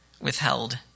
withheld